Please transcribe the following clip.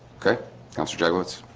okay councillor egglets